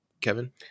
Kevin